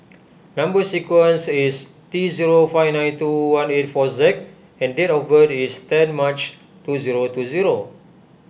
Number Sequence is T zero five nine two one eight four Z and date of birth is ten March two zero two zero